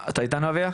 אביה איתנו?